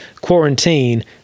quarantine